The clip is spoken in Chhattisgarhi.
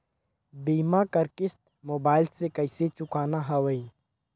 बीमा कर किस्त मोबाइल से कइसे चुकाना हवे